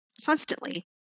constantly